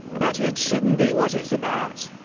but it shouldn't be what it's about.